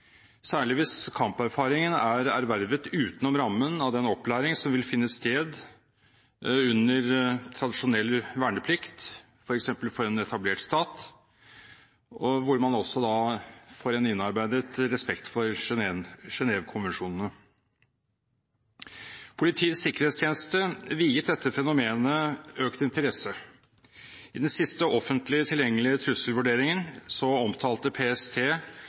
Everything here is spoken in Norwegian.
særlig hvis kamperfaringen er ervervet utenom rammen av den opplæring som vil finne sted under tradisjonell verneplikt, f.eks. for en etablert stat, hvor man også får en innarbeidet respekt for Genève-konvensjonene. Politiets sikkerhetstjeneste viet dette fenomenet økt interesse. I den siste offentlig tilgjengelige trusselvurderingen omtalte PST